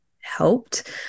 helped